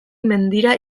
mendira